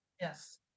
Yes